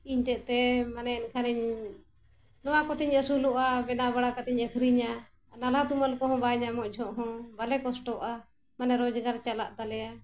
ᱤᱧ ᱛᱮᱫ ᱛᱮ ᱢᱟᱱᱮ ᱮᱱᱠᱷᱟᱱᱤᱧ ᱱᱚᱣᱟ ᱠᱚᱛᱤᱧ ᱟᱹᱥᱩᱞᱚᱜᱼᱟ ᱵᱮᱱᱟᱣ ᱵᱟᱲᱟ ᱠᱟᱛᱮᱧ ᱟᱹᱠᱷᱨᱤᱧᱟ ᱱᱟᱞᱦᱟ ᱛᱩᱢᱟᱹᱞ ᱠᱚᱦᱚᱸ ᱵᱟᱭ ᱧᱟᱢᱚᱜ ᱡᱚᱠᱷᱚᱱ ᱦᱚᱸ ᱵᱟᱞᱮ ᱠᱚᱥᱴᱚᱜᱼᱟ ᱢᱟᱱᱮ ᱨᱚᱡᱽᱜᱟᱨ ᱪᱟᱞᱟᱜ ᱛᱟᱞᱮᱭᱟ